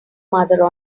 mother